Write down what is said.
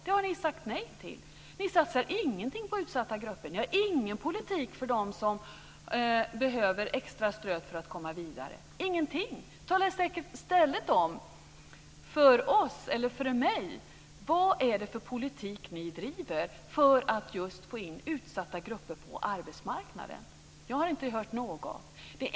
Det har ni sagt nej till. Ni satsar ingenting på utsatta grupper. Ni har ingen politik för dem som behöver extra stöd för att komma vidare - ingenting! Tala om för mig: Vad är det för politik ni driver för att just få in utsatta grupper på arbetsmarknaden? Jag har inte hört något om detta.